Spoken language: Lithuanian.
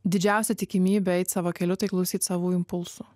didžiausia tikimybė eiti savo keliu tai klausyt savų impulsų